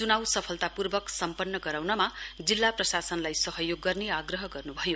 चुनाउ सफलतापूर्वक सम्पन्न गराउनमा जिल्ला प्रशासनलाई सहयोग गर्ने आग्रह गर्नुभयो